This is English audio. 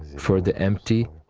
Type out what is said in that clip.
for the empty,